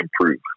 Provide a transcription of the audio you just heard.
improve